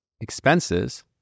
expenses